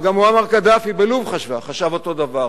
וגם מועמר קדאפי בלוב חשב אותו הדבר,